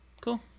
Cool